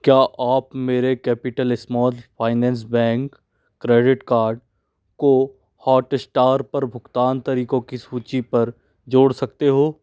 क्या आप मेरे capital small finance bank credit card को हॉटस्टार पर भुगतान तरीकों की सूची पर जोड़ सकते हो